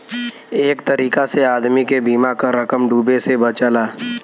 एक तरीका से आदमी के बीमा क रकम डूबे से बचला